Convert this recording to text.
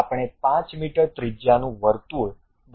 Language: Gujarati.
આપણે 5 મીટર ત્રિજ્યાનું વર્તુળ બનાવવું પડશે